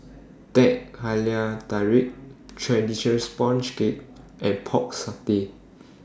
Teh Halia Tarik Traditional Sponge Cake and Pork Satay